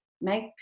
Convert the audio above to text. make